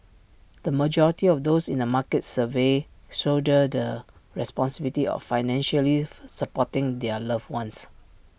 the majority of those in the markets surveyed shoulder the responsibility of financially supporting their loved ones